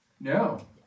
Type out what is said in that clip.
No